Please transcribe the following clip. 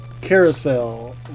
carousel